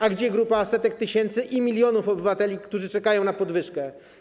A gdzie grupa setek, tysięcy i milionów obywateli, którzy czekają na podwyżkę?